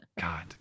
God